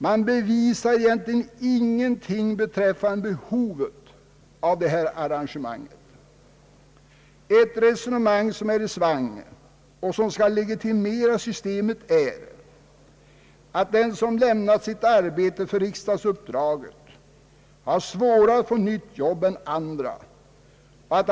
Man bevisar egentligen ingenting beträffande behovet av detta arrangemang. Ett resonemang, som är i svang och som skall legitimera systemet, är att den som lämnar sitt ordinarie arbete för ett riksdagsuppdrag har svårare än andra att få nytt jobb.